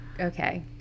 Okay